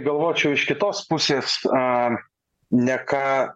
galvočiau iš kitos pusės a ne ką